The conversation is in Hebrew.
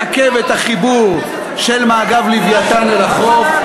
מעכבת את החיבור של מאגר "לווייתן" אל החוף,